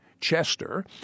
Chester